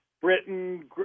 Britain